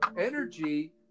energy